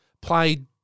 played